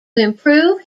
improve